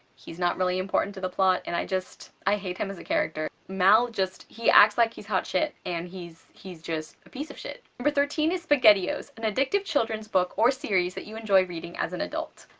he's not really important to the plot and i just i hate him as a character. mal just he acts like he's hot shit and he's he's just a piece of shit. number thirteen is spaghetti-os an addictive children's book or series that you enjoy reading as an adult.